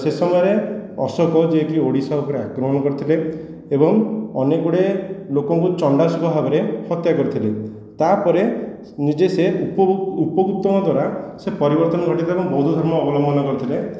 ସେ ସମୟରେ ଅଶୋକ ଯିଏକି ଓଡ଼ିଶା ଉପରେ ଆକ୍ରମଣ କରିଥିଲେ ଏବଂ ଅନେକ ଗୁଡ଼ିଏ ଲୋକଙ୍କୁ ଚଣ୍ଡାଶୋକ ଭାବରେ ହତ୍ୟା କରିଥିଲେ ତାପରେ ନିଜେ ସେ ଉପକୃତ ହେବା ଦ୍ୱାରା ସେ ପରିବର୍ତ୍ତନ ଘଟିଥିଲା ଏବଂ ବୌଦ୍ଧ ଧର୍ମ ଅବଲମ୍ବନ କରିଥିଲେ